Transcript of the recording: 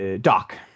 Doc